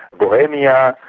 bohemia,